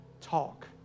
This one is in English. talk